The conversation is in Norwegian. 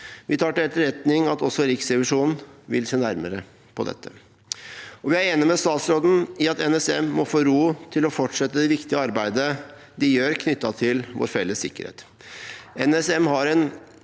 Vi tar til etterretning at også Riksrevisjonen vil se nærmere på dette. Vi er enig med statsråden i at NSM må få ro til å fortsette det viktige arbeidet de gjør knyttet til vår felles sikkerhet.